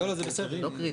עכשיו, הוראת המעבר לא תחול.